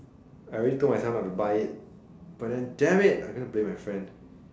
I already told myself not to buy it but then damn it I'm gonna play with my friend